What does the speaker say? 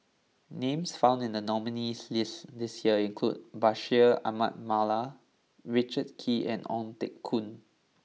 names found in the nominees' list this year include Bashir Ahmad Mallal Richard Kee and Ong Teng Koon